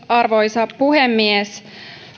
arvoisa puhemies